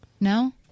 No